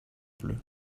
bleu